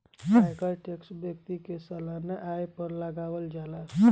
आयकर टैक्स व्यक्ति के सालाना आय पर लागावल जाला